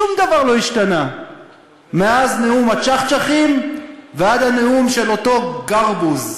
שום דבר לא השתנה מאז נאום הצ'חצ'חים ועד הנאום של אותו גרבוז.